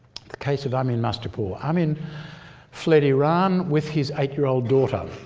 the case of amin mustapor. amin fled iran with his eight-year-old daughter.